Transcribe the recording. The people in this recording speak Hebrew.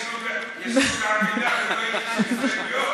המשותפת, מה, ישנו בעמידה ולא הגישו הסתייגויות?